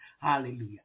Hallelujah